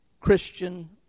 Christian